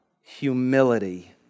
humility